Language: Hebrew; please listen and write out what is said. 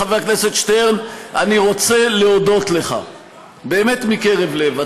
חבר הכנסת שטרן: אני רוצה להודות לך באמת מקרב לב.